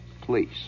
please